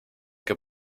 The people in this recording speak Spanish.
que